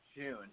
June